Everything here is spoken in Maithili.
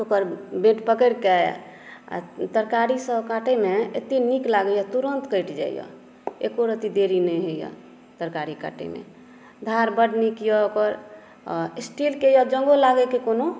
ओकर वेट पकड़िकऽ तरकारी सभ काटयमे एतय नीक लागैया तुरन्त कटि जाइया एको रति देरी नहि होइया तरकारी काटयमे धार बड नीक यऽ ओकर स्टीलके यऽ जंगो लागयक कोनो